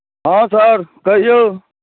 हँ सर कहियौ